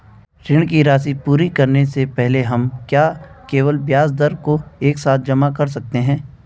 ऋण की राशि पूरी करने से पहले हम क्या केवल ब्याज दर को एक साथ जमा कर सकते हैं?